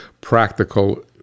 practical